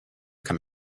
come